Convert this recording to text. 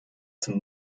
zum